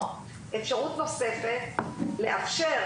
או אפשרות נוספת, לאפשר